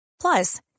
Plus